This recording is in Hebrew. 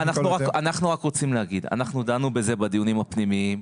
אנחנו רק רוצים להגיד: אנחנו דנו בזה בדיונים הפנימיים.